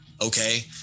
Okay